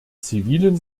zivilen